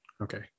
Okay